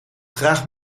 graag